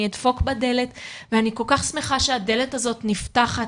אדפוק בדלת ואני כל כך שמחה שהדלת הזאת נפתחת,